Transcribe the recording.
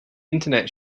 internet